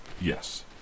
Yes